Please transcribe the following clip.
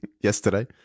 Yesterday